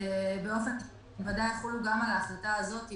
לאומית, שבוודאי יחולו גם על ההחלטה הזאת.